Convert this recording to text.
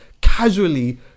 casually